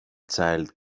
child